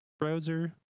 Browser